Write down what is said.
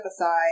aside